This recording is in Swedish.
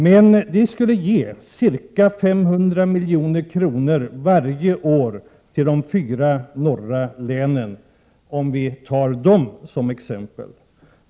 Men det skulle ge ca 500 miljoner varje år till de fyra länen i norr, om vi tar dem som exempel.